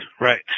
Right